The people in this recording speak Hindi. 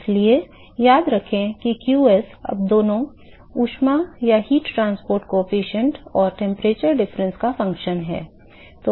इसलिए याद रखें कि qs अब दोनों ऊष्मा परिवहन गुणांक और तापमान अंतर का कार्य है